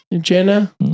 Jenna